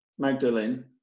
Magdalene